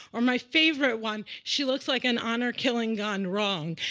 or my favorite one she looks like an honor killing gone wrong.